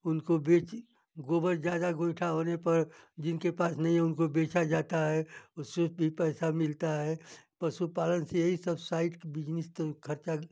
उनको बेच गोबर ज्यादा गोइठा होने पर जिनके पास नहीं उनको बेचा जाता है उससे भी पैसा मिलता है पशु पालन से यही सब साइड के बिजनिस तो खर्चा